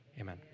Amen